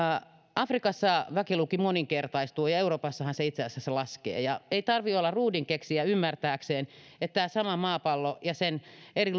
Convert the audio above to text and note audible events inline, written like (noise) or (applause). afrikassa väkiluku moninkertaistuu ja euroopassahan se itse asiassa laskee ei tarvitse olla ruudinkeksijä ymmärtääkseen että tämä sama maapallo ja sen eri (unintelligible)